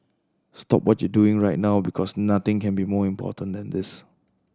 stop what you doing right now because nothing can be more important than this